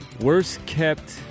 worst-kept